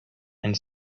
and